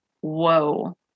whoa